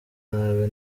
nabi